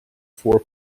four